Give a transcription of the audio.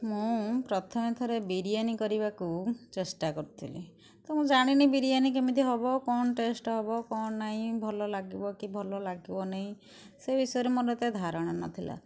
ମୁଁ ପ୍ରଥମେ ଥରେ ବିରୀୟାନି କରିବାକୁ ଚେଷ୍ଟା କରୁଥିଲି ମୁଁ ଜାଣିନି ବିରୀୟାନି କେମିତି ହବ କ'ଣ ଟେଷ୍ଟ ହବ କଣ ନାହିଁ ଭଲ ଲାଗିବ କି ଭଲ ଲାଗିବନାହିଁ ସେ ବିଷୟରେ ମୋର ଏତେ ଧାରଣା ନଥିଲା